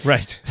Right